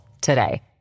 today